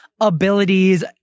abilities